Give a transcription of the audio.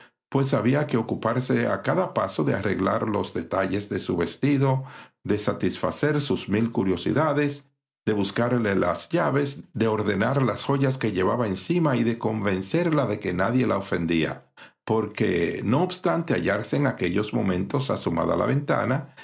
pues había que ocuparse a cada paso de arreglar los detalles de su vestido de satisfacer sus mil curiosidades de buscarle las llaves de ordenar las joyas que llevaba encima y de convencerla de que nadie la ofendía porque no obstante hallarse en aquellos momentos asomada a la ventana